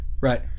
right